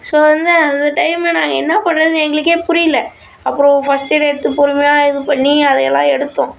so வந்து அந்த time நாங்கள் என்ன பண்ணுறதுனு எங்களுக்கே புரியல அப்புறம் ஃபஸ்ட்டு இதை எடுத்து பொறுமையாக இது பண்ணி அதையெல்லாம் எடுத்தோம்